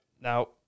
now